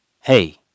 Hey